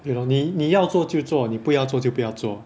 对咯你你要做就做你不要做就不要做